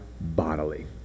bodily